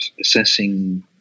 assessing